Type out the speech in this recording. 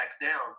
down